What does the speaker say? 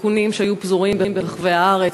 בתיקונים שהיו פזורים ברחבי הארץ,